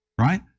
right